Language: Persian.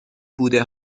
بوده